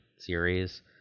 series